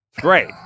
Great